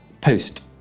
post